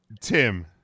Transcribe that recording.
Tim